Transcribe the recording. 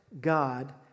God